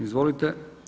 Izvolite.